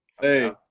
hey